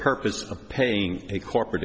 purpose of paying a corporate